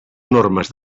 normes